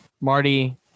marty